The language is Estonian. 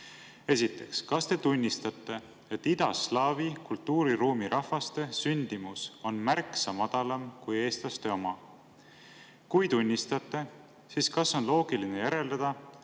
Esiteks, kas te tunnistate, et idaslaavi kultuuriruumi rahvaste sündimus on märksa madalam kui eestlaste oma? Kui tunnistate, siis kas on loogiline järeldada,